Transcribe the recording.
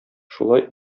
шулай